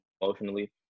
emotionally